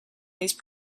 these